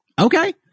Okay